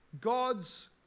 God's